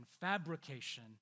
fabrication